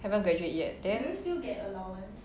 haven't graduate yet then